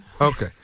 Okay